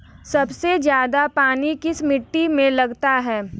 सबसे ज्यादा पानी किस मिट्टी में लगता है?